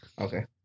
Okay